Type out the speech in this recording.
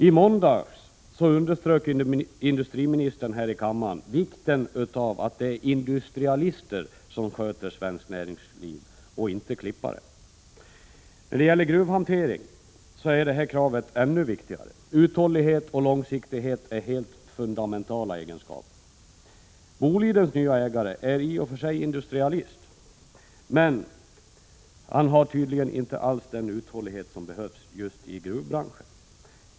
I måndags underströk industriministern här i kammaren vikten av att det är industrialister som sköter svenskt näringsliv och inte ”klippare”. När det gäller gruvhantering är det kravet ännu viktigare. Uthållighet och långsiktighet är helt fundamentala egenskaper. Bolidens nya ägare är i och för sig industrialist, men han har tydligen inte alls den uthållighet som behövs just i gruvbranschen.